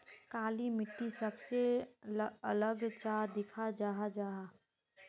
काली मिट्टी सबसे अलग चाँ दिखा जाहा जाहा?